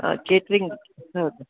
ಹಾಂ ಕೇಟ್ರಿಂಗ್ ಹೌದು